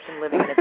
Living